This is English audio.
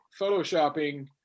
photoshopping